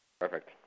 Perfect